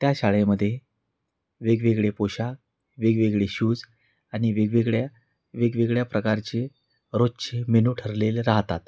त्या शाळेमध्ये वेगवेगळे पोशाख वेगवेगळे शूज आणि वेगवेगळ्या वेगवेगळ्या प्रकारचे रोजचे मेनू ठरलेले राहतात